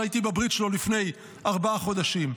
הייתי בברית שלו לפני ארבעה חודשים.